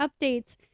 updates